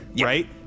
right